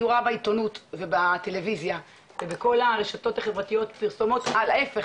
אני רואה בעיתונות ובטלוויזיה ובכל הרשתות החברתיות פרסומות על ההיפך,